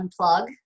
unplug